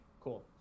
Cool